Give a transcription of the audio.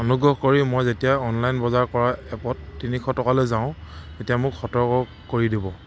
অনুগ্ৰহ কৰি মই যেতিয়া অনলাইন বজাৰ কৰা এপত তিনিশ টকালৈ যাওঁ তেতিয়া মোক সতৰ্ক কৰি দিব